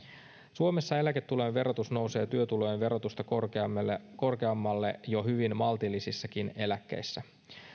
suomessa eläketulojen verotus nousee työtulojen verotusta korkeammalle korkeammalle jo hyvin maltillisissakin eläkkeissä